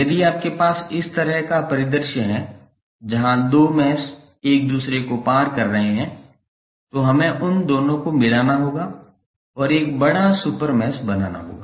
यदि आपके पास इस तरह का परिदृश्य है जहां दो मैश एक दूसरे को पार कर रहे हैं तो हमें उन दोनों को मिलाना होगा और एक बड़ा सुपर मैश बनाना होगा